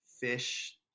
fish